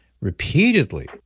repeatedly